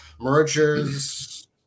mergers